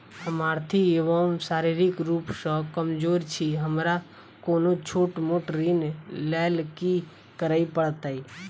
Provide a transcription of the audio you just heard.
हम आर्थिक व शारीरिक रूप सँ कमजोर छी हमरा कोनों छोट मोट ऋण लैल की करै पड़तै?